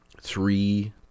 three